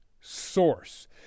source